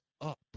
up